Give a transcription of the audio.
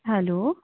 hello